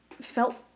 felt